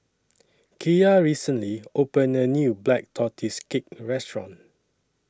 Kiya recently opened A New Black Tortoise Cake Restaurant